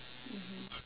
mmhmm